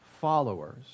followers